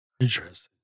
Interesting